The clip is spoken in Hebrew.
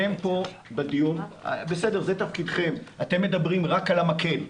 אתם פה בדיון, זה תפקידכם, אתם מדברים רק על המקל,